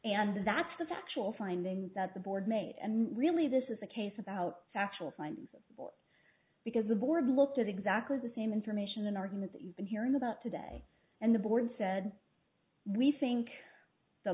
and that's the factual findings that the board made and really this is a case about factual findings because the board looked at exactly the same information an argument that you've been hearing about today and the board said we think the